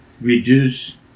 reduce